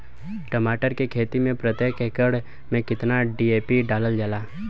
टमाटर के खेती मे प्रतेक एकड़ में केतना डी.ए.पी डालल जाला?